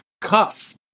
Cuff